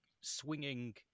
swinging